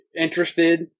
Interested